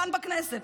כאן בכנסת.